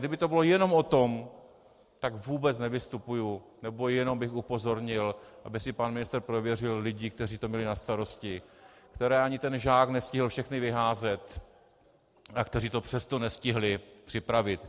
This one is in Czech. Kdyby to bylo jenom o tom, tak vůbec nevystupuji, nebo jenom bych upozornil, aby si pan ministr prověřil lidi, kteří to měli na starosti, které ani ten Žák nestihl všechny vyházet, a kteří to ani přesto nestihli připravit.